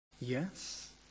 Yes